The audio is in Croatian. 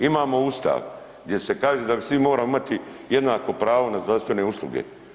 Imamo Ustav gdje se kaže da svi moramo imati jednako pravo na zdravstvene usluge.